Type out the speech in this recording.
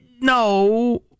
No